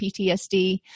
PTSD